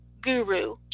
guru